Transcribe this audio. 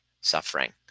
suffering